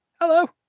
Hello